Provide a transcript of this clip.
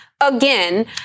again—